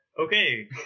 okay